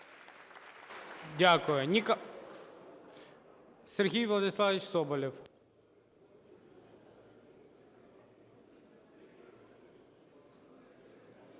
Дякую.